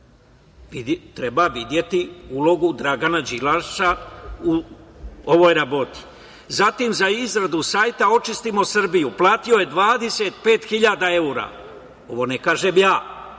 Treba videti ulogu Dragana Đilasa u ovoj raboti. Zatim, za izradu sajta - Očistimo Srbiju platio je 25.000 eura. Ovo ne kažem ja,